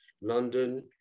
London